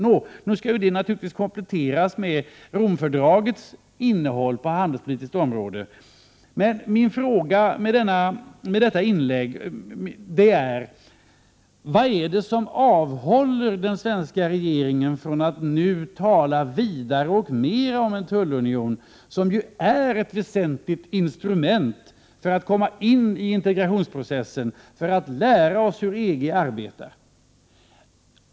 Det innehållet skall naturligtvis kompletteras med Rom-fördragets innehåll på det handelspolitiska området. Min fråga med detta inlägg är: Vad är det som avhåller den svenska regeringen från att nu tala vidare och mer om en tullunion, som ju är ett väsentligt instrument för att komma in i integrationsprocessen, för att lära oss hur EG arbetar?